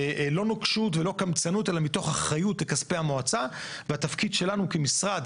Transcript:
לא נוקשות ולא קמצנות אלא מתוך אחריות לכספי המועצה והתפקיד שלנו כמשרד,